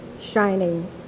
shining